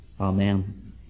Amen